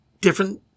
different